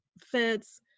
fits